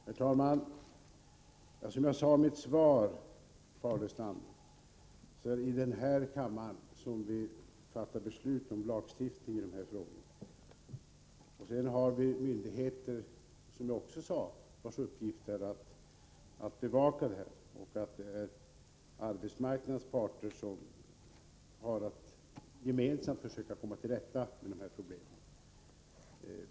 Herr talman! Som jag sade i mitt svar, Paul Lestander, är det här i kammaren som beslut fattas om lagstiftning i frågor av detta slag. Sedan har vi ju myndigheter — det har jag också sagt — vars uppgift är att bevaka det här arbetet. Det är arbetsmarknadens parter som gemensamt skall försöka komma till rätta med de här problemen.